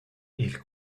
ils